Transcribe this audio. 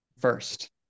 first